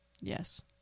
yes